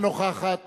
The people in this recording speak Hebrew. איננה נוכחת